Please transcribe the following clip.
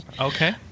Okay